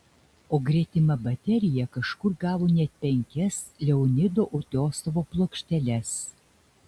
o gretima baterija kažkur gavo net penkias leonido utiosovo plokšteles